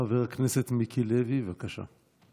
חבר הכנסת מיקי לוי, בבקשה.